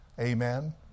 Amen